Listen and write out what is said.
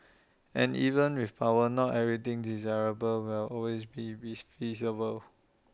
and even with power not everything desirable will always be feasible